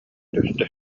түстэ